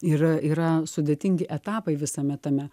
ir yra sudėtingi etapai visame tame